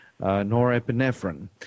norepinephrine